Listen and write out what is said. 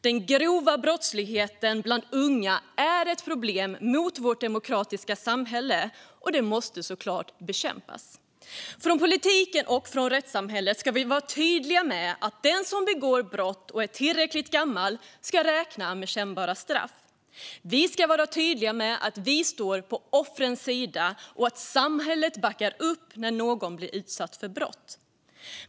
Den grova brottsligheten bland unga är ett problem för vårt demokratiska samhälle, och den måste såklart bekämpas. Från politiken och från rättssamhället ska vi vara tydliga med att den som begår brott och är tillräckligt gammal kan räkna med ett kännbart straff. Vi ska också vara tydliga med att vi står på offrens sida och att samhället backar upp när någon blir utsatt för brott.